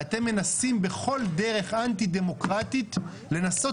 ואתם מנסים בכל דרך אנטי דמוקרטית לנסות